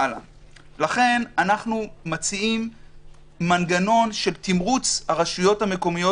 לכן אנחנו מציעים מנגנון של תמרוץ הרשויות המקומיות